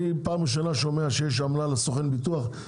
אני פעם ראשונה שומע שיש עמלה לסוכן הביטוח,